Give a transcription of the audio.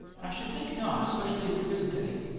i should think not especially as there isn't any.